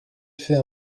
fait